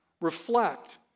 reflect